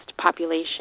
population